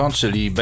czyli